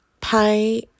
Pi